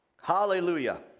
Hallelujah